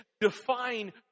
define